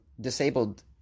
disabled